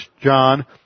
John